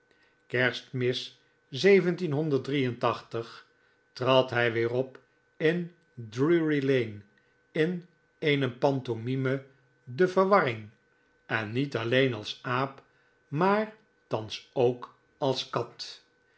kerstmis trad hij weer op in drury-lane in eene pantomime de verwarring en niet alleen als aap maar thans ook als kat